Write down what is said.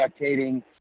spectating